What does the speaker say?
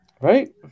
Right